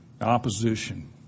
Opposition